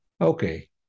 okay